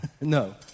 No